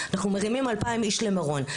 אנחנו מרימים אלפיים איש למירון,